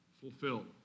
fulfill